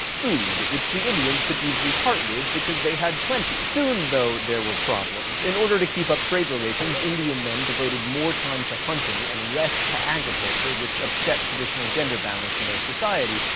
food, which the indians could easily part with because they had plenty. soon, though, there were problems. in order to keep up trade relations, indian men devoted more time to hunting and less to agriculture which upset traditional gender balance in their society.